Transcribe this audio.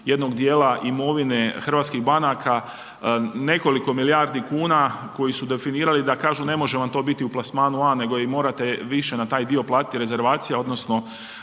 jednog djela imovine hrvatskih banaka, nekoliko milijardi kuna koji su definirali da kažu ne može vam to biti u plasmanu A nego morate više na taj dio platiti rezervacije odnosno